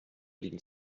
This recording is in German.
liegen